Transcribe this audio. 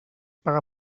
pegar